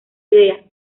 idea